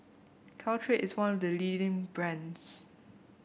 Caltrate is one of the leading brands